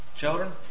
Children